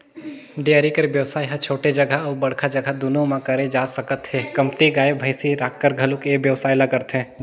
dairy कर बेवसाय ह छोटे जघा अउ बड़का जघा दूनो म करे जा सकत हे, कमती गाय, भइसी राखकर घलोक ए बेवसाय ल करथे